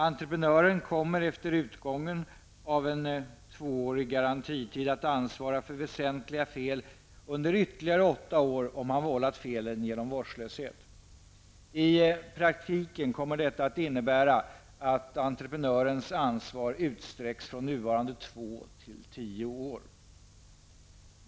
Entreprenören kommer efter utgången av en tvåårig garantitid att ansvara för väsentliga fel under ytterligare åtta år om han vållat felet genom vårdslöshet. I praktiken kommer detta att innebära att entreprenörens ansvar utsträcks från nuvarande två till tio år.